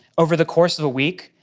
over the course of a week,